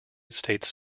states